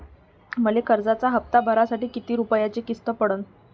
मले कर्जाचा हप्ता भरासाठी किती रूपयाची किस्त पडन?